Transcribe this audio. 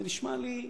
זה נשמע לי הזוי,